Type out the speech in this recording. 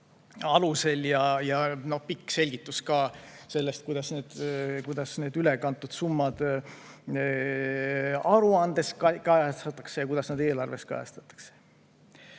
alusel. Pikk selgitus oli ka selle kohta, kuidas neid ülekantud summasid aruandes kajastatakse ja kuidas neid eelarves kajastatakse.